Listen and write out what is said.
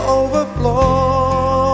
overflow